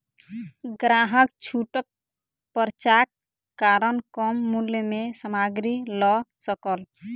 ग्राहक छूटक पर्चाक कारण कम मूल्य में सामग्री लअ सकल